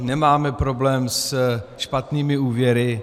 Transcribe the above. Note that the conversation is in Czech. Nemáme problém se špatnými úvěry.